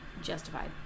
justified